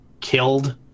killed